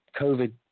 COVID